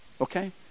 Okay